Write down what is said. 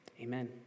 amen